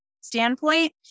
standpoint